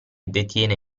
detiene